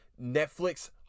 Netflix